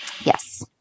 Yes